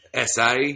SA